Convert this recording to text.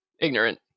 Ignorant